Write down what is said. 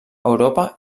europa